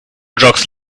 jocks